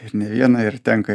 ir ne vieną ir tenka